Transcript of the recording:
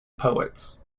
poets